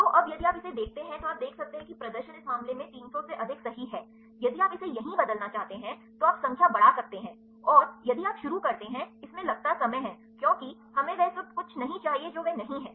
तो अब यदि आप इसे देखते हैं तो आप देख सकते हैं कि प्रदर्शन इस मामले में तीन सौ से अधिक सही है यदि आप इसे यहीं बदलना चाहते हैं तो आप संख्या बढ़ा सकते हैं और यदि आप शुरू करते हैं इसमें लगता समय है क्योंकि हमें वह सब कुछ नहीं चाहिए जो वह नहीं है